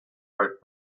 right